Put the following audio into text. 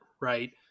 right